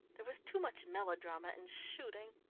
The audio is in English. there was too much melodrama and shooting,